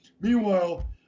Meanwhile